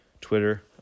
Twitter